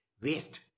Waste